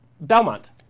Belmont